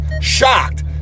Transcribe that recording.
shocked